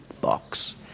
box